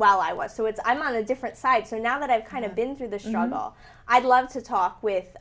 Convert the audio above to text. while i was so it's i'm on a different side so now that i've kind of been through the normal i'd love to talk with